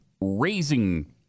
raising